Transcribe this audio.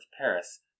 Paris